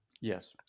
Yes